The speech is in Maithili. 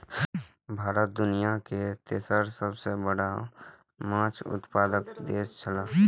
भारत दुनिया के तेसर सबसे बड़ा माछ उत्पादक देश छला